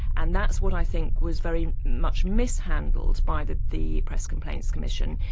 and that's what i think was very much mishandled by the the press complaints commission,